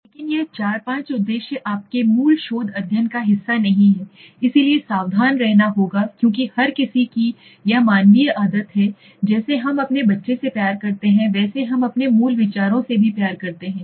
लेकिन यह 4 और 5 उद्देश्य आपके मूल शोध अध्ययन का हिस्सा नहीं है इसलिए सावधान रहना होगा क्योंकि हर किसी की यह मानवीय आदत है जैसे हम अपने बच्चे से प्यार करते हैं वैसे हम अपने मूल विचारों से प्यार करते हैं